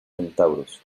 centauros